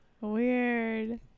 Weird